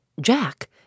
Jack